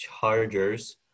Chargers